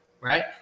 right